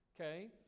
okay